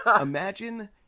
Imagine